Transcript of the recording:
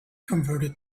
converted